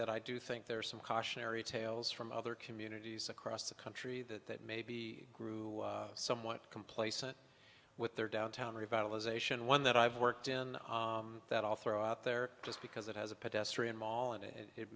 that i do think there are some cautionary tales from other communities across the country that maybe grew somewhat complacent with their downtown revitalization one that i've worked in that i'll throw out there just because it has a pedestrian mall and it